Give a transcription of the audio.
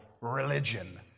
religion